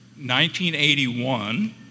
1981